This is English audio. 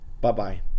Bye-bye